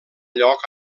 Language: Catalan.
lloc